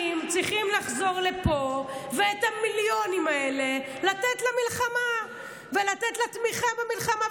צריכים לחזור לפה ואת המיליונים האלה לתת למלחמה ולתת לתמיכה במלחמה,